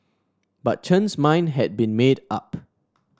but Chen's mind had been made up